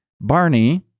Barney